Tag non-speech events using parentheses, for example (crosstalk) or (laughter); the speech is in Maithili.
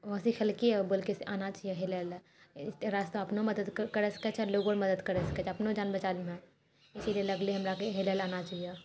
ओ सिखेलकै आओर बोललकै से आना चाहिए हेलैला रास्ता अपनो मदद करए सकै छै आओर लोगो आओर मदद करए सकैत छै अपनो जान बचा (unintelligible) इसीलिए लगलै हमराके हेलैला आना चाहिए